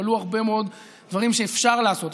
תגלו הרבה מאוד דברים שאפשר לעשות.